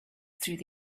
through